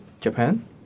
Japan